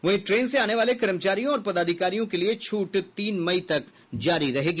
वहीं ट्रेन से आने वाले कर्मचारियों और पदाधिकारियों के लिए छूट तीन मई तक जारी रहेगी